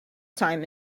time